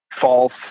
False